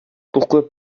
pourquoi